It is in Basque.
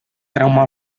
trauma